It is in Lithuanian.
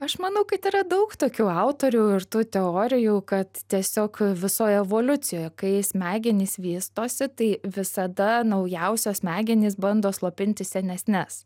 aš manau kad yra daug tokių autorių ir tų teorijų kad tiesiog visoje evoliucijoje kai smegenys vystosi tai visada naujausios smegenys bando slopinti senesnes